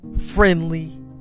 Friendly